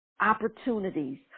opportunities